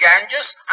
ganges